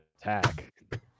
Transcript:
attack